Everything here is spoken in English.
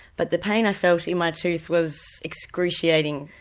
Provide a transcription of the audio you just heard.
but the pain i felt in my tooth was excruciating.